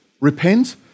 repent